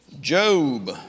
Job